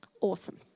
Awesome